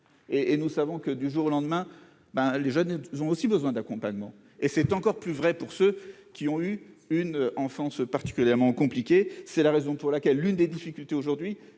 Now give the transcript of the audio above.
et nous savons que, du jour au lendemain, ben, les jeunes, ils ont aussi besoin d'accompagnement. Et c'est encore plus vrai pour ceux qui ont eu une enfance particulièrement compliqué, c'est la raison pour laquelle l'une des difficultés aujourd'hui,